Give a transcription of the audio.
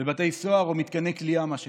בבתי סוהר או במתקני כליאה, מה שנקרא,